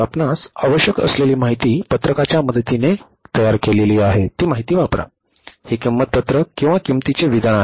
तर आपणास आवश्यक असलेली माहिती पत्रकाच्या मदतीने तयार केलेली आहे ती माहिती वापरा ही किंमत पत्रक किंवा किंमतीचे विधान आहे